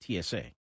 TSA